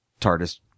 TARDIS